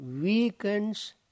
weakens